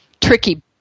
Tricky